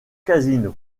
casino